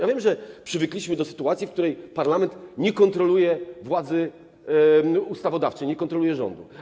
Ja wiem, że przywykliśmy do sytuacji, w której parlament nie kontroluje władzy, nie kontroluje rządu.